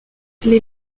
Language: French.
les